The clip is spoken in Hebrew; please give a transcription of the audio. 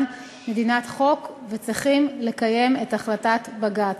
מדינת חוק וצריכים לקיים את החלטת בג"ץ.